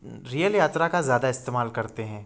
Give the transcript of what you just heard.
rail यात्रा का ज़्यादा इस्तेमाल करते हैं